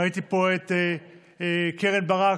ראיתי פה את קרן ברק,